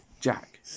Jack